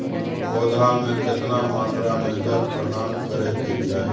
पौधा में केतना मात्रा में जल प्रदान करै के चाही?